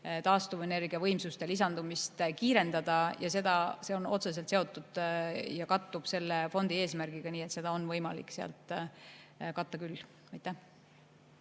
taastuvenergiavõimsuste lisandumist kiirendada. See on otseselt seotud ja kattub selle fondi eesmärgiga. Nii et seda kulu on võimalik sealt katta küll. Aitäh,